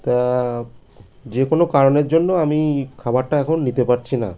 তা যে কোনো কারণের জন্য আমি খাবারটা এখন নিতে পারছি না